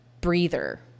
breather